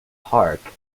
park